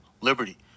Liberty